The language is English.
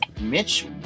Mitch